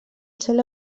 cel